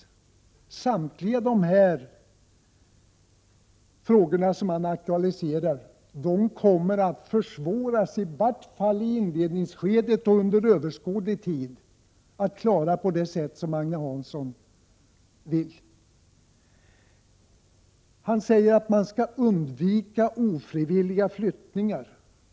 En lösning av samtliga de problem som Agne Hansson aktualiserade kommer att försvåras av en utlokalisering, i varje fall i inledningsskedet och under överskådlig tid. Agne Hansson sade att man skall undvika ofrivilliga flyttningar.